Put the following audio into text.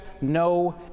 no